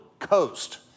Coast